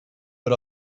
but